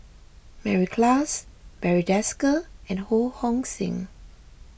Mary Klass Barry Desker and Ho Hong Sing